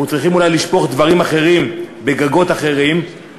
אנחנו צריכים אולי לשפוך דברים אחרים בגגות אחרים,